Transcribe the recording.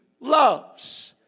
loves